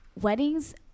weddings